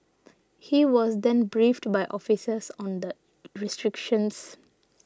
he was then briefed by officers on the restrictions